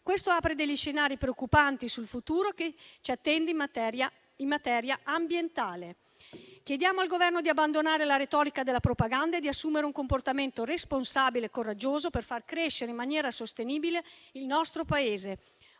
Questo apre degli scenari preoccupanti sul futuro che ci attende in materia ambientale. Chiediamo al Governo di abbandonare la retorica della propaganda e di assumere un comportamento responsabile e coraggioso per far crescere in maniera sostenibile il nostro Paese.